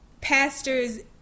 pastors